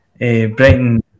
Brighton